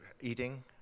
eating